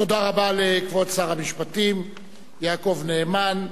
תודה רבה לכבוד שר המשפטים יעקב נאמן.